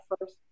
first